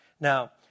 Now